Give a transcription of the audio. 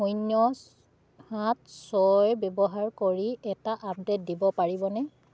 শূন্য সাত ছয় ব্যৱহাৰ কৰি এটা আপডে'ট দিব পাৰিবনে